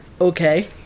Okay